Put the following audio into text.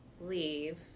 leave